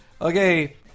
okay